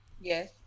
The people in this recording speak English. Yes